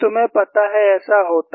तुम्हें पता है ऐसा होता है